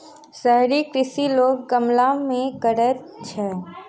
शहरी कृषि लोक गमला मे करैत छै